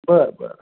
बरं बरं